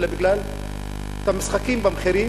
אלא בגלל משחקים במחירים,